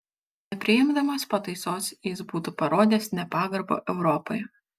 nepriimdamas pataisos jis būtų parodęs nepagarbą europai